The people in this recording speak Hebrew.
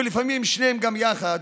ולפעמים את שניהם גם יחד.